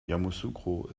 yamoussoukro